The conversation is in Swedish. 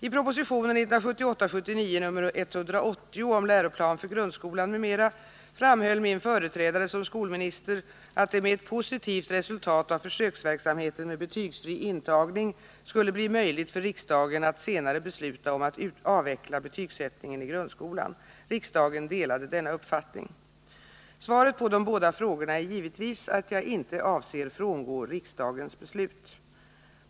I propositionen 1978/79:180 om läroplan för grundskolan m.m. framhöll min företrädare som skolminister att det med ett positivt resultat av försöksverksamheten med betygsfri intagning skulle bli möjligt för riksdagen att senare besluta om att avveckla betygsättningen i grundskolan. Riksdagen delade denna uppfattning. Svaret på de båda frågorna är givetvis att jag inte avser frångå riksdagens beslut.